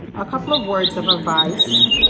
a couple of words of advice.